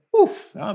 oof